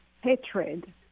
hatred